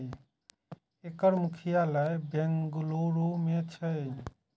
एकर मुख्यालय बेंगलुरू मे छै